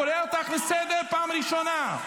אני קורא אותך לסדר פעם ראשונה.